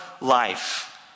life